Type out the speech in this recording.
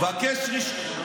איזה אלימות?